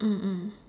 mm mm